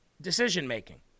decision-making